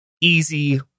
easy